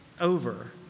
over